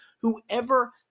whoever